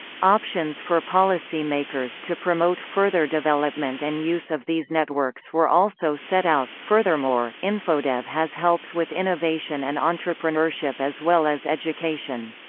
options for policy-makers to promote further development and use of these networks were also set out furthermore, furthermore, infodev has helped with innovation and entrepreneurship as well as education.